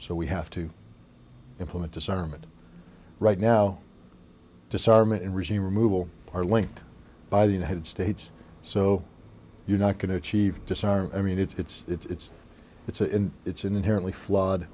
so we have to implement disarmament right now disarmament and regime removal are linked by the united states so you're not going to achieve disarmament it's it's it's it's an inherently flawed